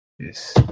Yes